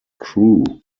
crew